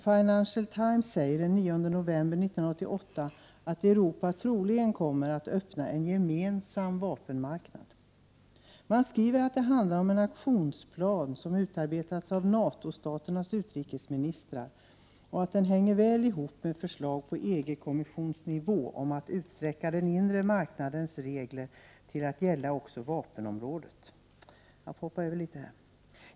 Financial Times säger den 9 november 1988 att Europa troligen kommer att öppna en gemensam vapenmarknad. Man skriver att det handlar om en aktionsplan som utarbetats av NATO-staternas utrikesministrar och att den hänger väl ihop med förslag på EG-kommissionsnivå om att utsträcka den inre marknadens regler till att gälla också vapenområdet.